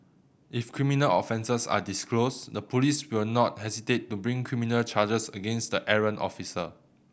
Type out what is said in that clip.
if criminal offences are disclosed the police will not hesitate to bring criminal charges against the errant officer